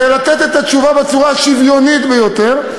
ולתת את התשובה בצורה השוויונית ביותר.